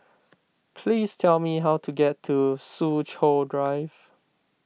please tell me how to get to Soo Chow Drive